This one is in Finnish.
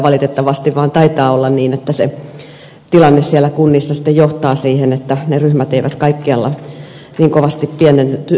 valitettavasti vaan taitaa olla niin että tilanne kunnissa sitten johtaa siihen että ne ryhmät eivät kaikkialla niin kovasti pienentyneet olekaan